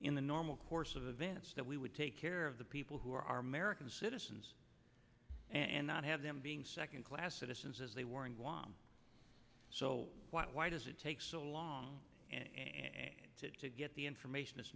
in the normal course of events that we would take care of the people who are american citizens and not have them being second class citizens as they were in guam so why does it take so long to get the information i